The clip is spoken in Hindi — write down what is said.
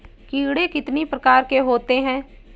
कीड़े कितने प्रकार के होते हैं?